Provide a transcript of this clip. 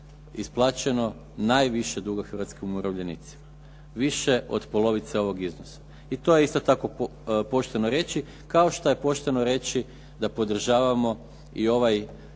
isplaćeno najviše duga hrvatskim umirovljenicima. više od polovice ovog iznosa. I to je isto tako pošteno reći, kao što je pošteno reći da podržavamo ovaj